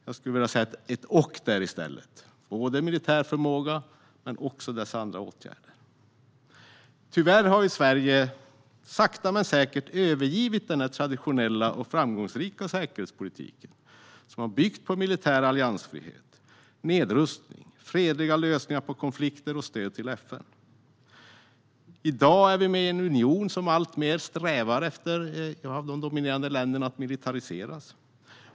Jag skulle vilja sätta in ett "och" där i stället: både militär förmåga och de andra åtgärderna. Tyvärr har dock Sverige sakta men säkert övergivit en traditionell och framgångsrik säkerhetspolitik som har byggt på militär alliansfrihet, nedrustning, fredliga lösningar på konflikter och stöd till FN. I dag är vi med i en union som de dominerande länderna strävar efter ska militariseras.